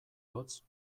hotz